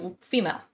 female